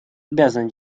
обязаны